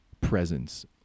presence